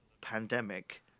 pandemic